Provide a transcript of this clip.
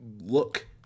look